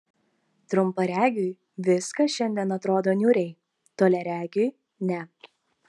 trumparegiui viskas šiandien atrodo niūriai toliaregiui ne